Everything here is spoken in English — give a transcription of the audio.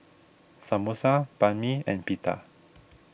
Samosa Banh Mi and Pita